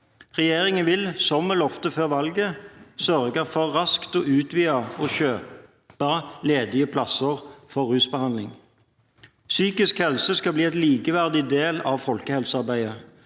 Regjeringen vil, som vi lovet før valget, sørge for raskt å utvide og kjøpe ledige plasser for rusbehandling. Psykisk helse skal bli en likeverdig del av folkehelsearbeidet.